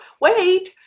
wait